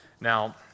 Now